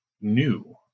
new